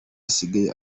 asigaye